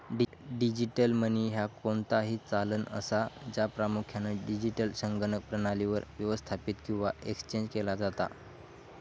digital money ह्या कोणताही चलन असा, ज्या प्रामुख्यान डिजिटल संगणक प्रणालीवर व्यवस्थापित किंवा एक्सचेंज केला जाता